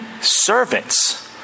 servants